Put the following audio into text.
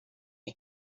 air